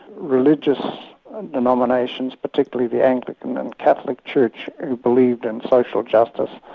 religious denominations, particularly the anglican and catholic church who believed in social justice,